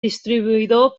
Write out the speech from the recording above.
distribuïdor